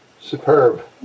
Superb